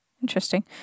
Interesting